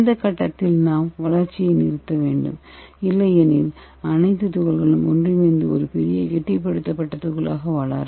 இந்த கட்டத்தில் நாம் வளர்ச்சியை நிறுத்த வேண்டும் இல்லையெனில் அனைத்து துகள்களும் ஒன்றிணைந்து ஒரு பெரிய கெட்டிப்படுத்தப்பட்ட துகளாக வளரும்